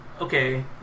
okay